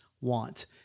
want